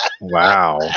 Wow